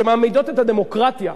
שמעמידות את הדמוקרטיה,